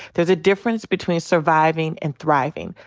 there's a difference between surviving and thriving.